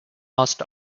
must